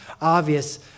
obvious